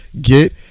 get